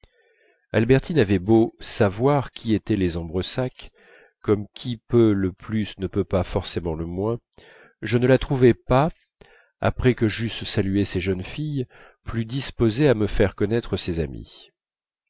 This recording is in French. albertine avait beau savoir qui étaient les ambresac comme qui peut le plus ne peut pas forcément le moins je ne la trouvai pas après que j'eusse salué ces jeunes filles plus disposée à me faire connaître ses amies